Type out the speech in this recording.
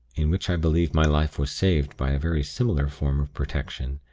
in which i believe my life was saved by a very similar form of protection,